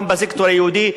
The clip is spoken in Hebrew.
גם בסקטור היהודי,